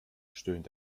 stöhnt